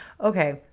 Okay